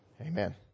amen